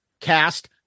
cast